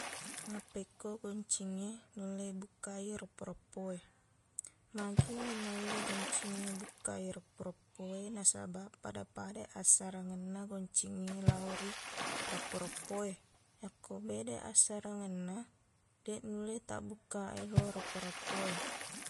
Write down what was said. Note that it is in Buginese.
Mappekko goncingnge nulle bukkai reppo-reppo e. Magi inaulle goncingnge bukkai reppo-reppo e, nasabaq pada-padai assarangenna goncingnge lao ri reppo-reppo e. Yakko bedai assarangenna, deq nulle tabbukkaq ero reppo-reppowe.